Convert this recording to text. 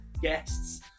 guests